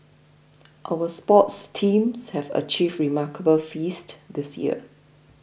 our sports teams have achieved remarkable feats this year